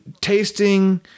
tasting